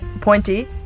pointy